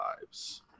lives